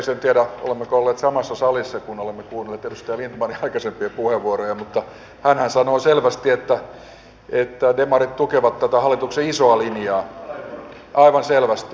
en tiedä olemmeko olleet samassa salissa kun olemme kuunnelleet edustaja lindtmanin aikaisempia puheenvuoroja mutta hänhän sanoi selvästi että demarit tukevat tätä hallituksen isoa linjaa aivan selvästi